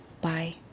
Bye